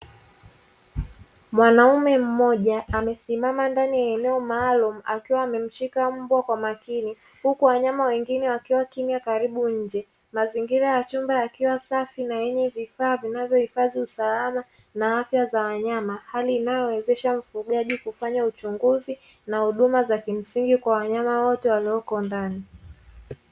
Mwanaume mmoja amesimama ndani ya eneo maalum akiwa amemshika mbo kwa makini, huku wanyama wengine wakiwa kimya karibu nje. Mazingira ya chumba yakiwa safi na yenye vifaa vinavyohifadhi usalama na afya za wanyama, hali inayowezesha mfugaji kufanya uchunguzi na huduma za kimsingi kwa wanyama wote walioko ndani.